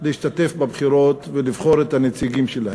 להשתתף בבחירות ולבחור את הנציגים שלהם.